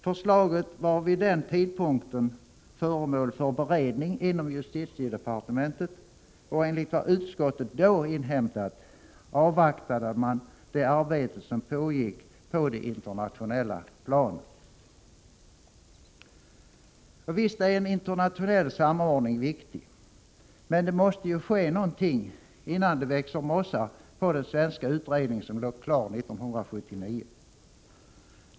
Förslaget var vid den tidpunkten föremål för beredning inom justitiedepartementet, och enligt vad utskottet då inhämtat avvaktade man det arbete som pågick på det internationella planet. Visst är en internationell samordning viktig, men det måste ju ske någonting innan det växer mossa på den svenska utredning som låg klar 1979.